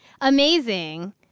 Amazing